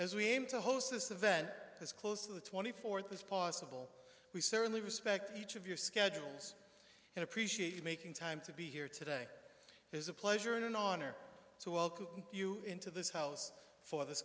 as we aim to host this event as close to the twenty fourth as possible we certainly respect each of your schedules and appreciate you making time to be here today is a pleasure and an honor to welcome you into this house for this